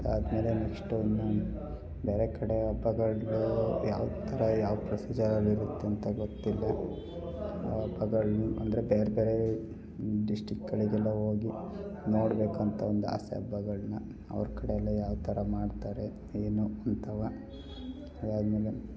ಅದಾದ್ಮೇಲೆ ನೆಕ್ಸ್ಟು ಇನ್ನೂ ಬೇರೆ ಕಡೆ ಹಬ್ಬಗಳದ್ದೂ ಯಾವ ಥರ ಯಾವ ಪ್ರೊಸಿಜರಲಿರುತ್ತೆ ಅಂತ ಗೊತ್ತಿಲ್ಲ ಹಬ್ಬಗಳು ಅಂದರೆ ಬೇರೆ ಬೇರೆ ಡಿಸ್ಟಿಕ್ಗಳಿಗೆಲ್ಲ ಹೋಗಿ ನೋಡ್ಬೇಕಂತ ಒಂದು ಆಸೆ ಹಬ್ಬಗಳ್ನ ಅವ್ರು ಕಡೆ ಎಲ್ಲ ಯಾವ ಥರ ಮಾಡ್ತಾರೆ ಏನು ಅಂತವ ಅದಾದ್ಮೇಲೆ